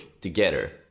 together